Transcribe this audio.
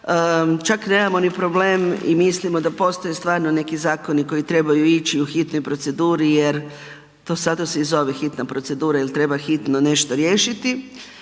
čak nemamo ni problem i mislim da postoje stvarno neki zakoni koji trebaju ići u hitnoj proceduri, to sada se i zove hitna procedura jer treba hitno nešto riješiti.